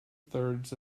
thirds